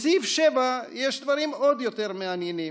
בסעיף 7 יש דברים עוד יותר מעניינים.